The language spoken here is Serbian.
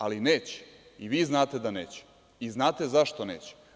Ali neće i vi znate da neće i znate zašto neće.